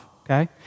okay